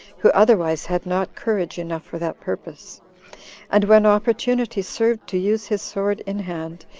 who otherwise had not courage enough for that purpose and when opportunity served to use his sword in hand,